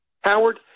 Howard